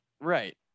Right